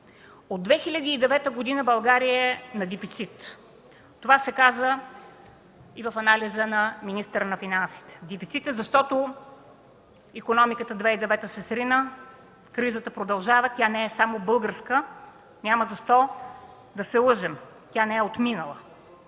От 2009 г. България е на дефицит. Това се каза и в анализа на министъра на финансите. В дефицит е, защото икономиката 2009 г. се срина, кризата продължава, тя не е само българска. Няма защо да се лъжем. Тя не е отминала.